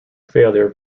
failure